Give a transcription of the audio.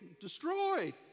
destroyed